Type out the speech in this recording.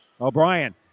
O'Brien